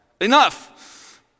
Enough